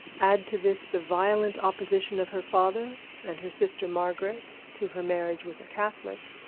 add to this the violent opposition of her father and her sister margaret to her marriage with a catholic,